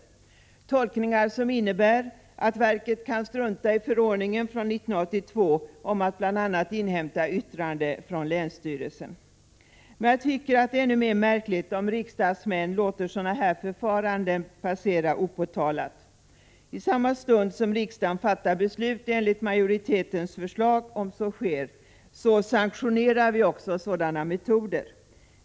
Det är tolkningar som innebär att verket kan strunta i förordningen från 1982 om att bl.a. inhämta yttrande från länsstyrelsen. Jag tycker det är ännu mer märkligt om riksdagsmän låter sådana här förfaranden passera opåtalade. I samma stund som riksdagen fattar beslut enligt majoritetens förslag, om så sker, sanktionerar vi också sådana metoder.